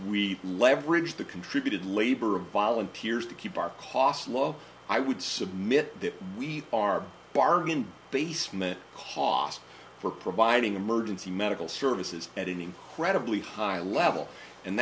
we leverage the contributed labor of volunteers to keep our costs low i would submit that we are bargain basement costs for providing emergency medical services at an incredibly high level and